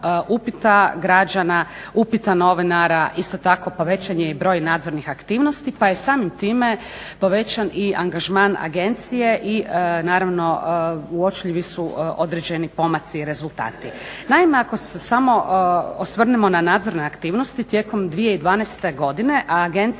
upita građana, upita novinara, isto tako povećan je i broj nadzornih aktivnosti pa je samim time povećan i angažman agencije i naravno uočljivi su određeni pomaci i rezultati. Naime, ako se samo osvrnemo na nadzorne aktivnosti tijekom 2012. godine agencija